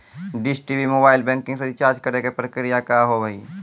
Dish TV mobile banking से recharge करे के प्रक्रिया का हाव हई?